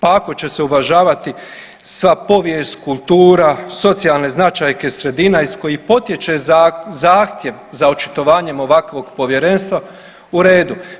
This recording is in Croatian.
Pa ako će se uvažavati sva povijest, kultura, socijalne značajke sredina iz kojih potječe zahtjev za očitovanjem ovakvog povjerenstva u redu.